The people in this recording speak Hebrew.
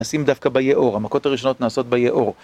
נשים דווקא ביאור, המכות הראשונות נעשות ביאור.